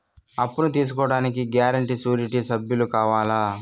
అప్పును తీసుకోడానికి guarantee, surety సభ్యులు కావాలా?